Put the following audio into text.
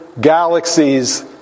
galaxies